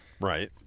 Right